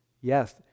Yes